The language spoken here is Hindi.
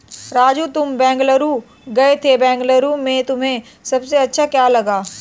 राजू तुम बेंगलुरु गए थे बेंगलुरु में तुम्हें सबसे अच्छा क्या लगा?